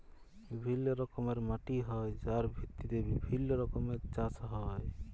বিভিল্য রকমের মাটি হ্যয় যার ভিত্তিতে বিভিল্য রকমের চাস হ্য়য়